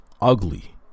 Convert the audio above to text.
ugly